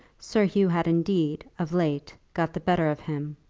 sir hugh had indeed of late got the better of him.